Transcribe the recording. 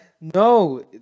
no